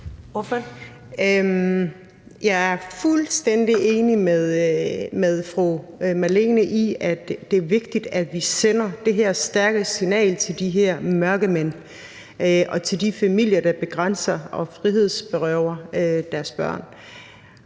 Jeg er fuldstændig enig med fru Marlene Ambo-Rasmussen i, at det er vigtigt, at vi sender det her stærke signal til de her mørkemænd og til de familier, der begrænser og frihedsberøver deres børn.